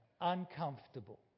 uncomfortable